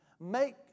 Make